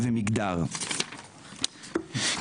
אז המבושים אותם אתה מכסה,